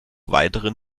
weiteren